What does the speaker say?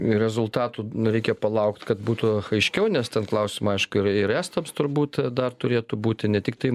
rezultatų reikia palaukt kad būtų aiškiau nes ten klausimą aišku ir estams turbūt dar turėtų būti ne tiktai